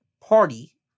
party